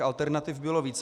Alternativ bylo více.